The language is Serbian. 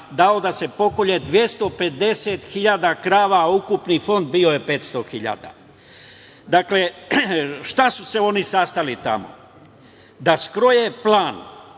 dao da se pokolje 250.000 krava, a ukupni fond bio je 500.000. Dakle, što su se oni sastali tamo? Da skroje plan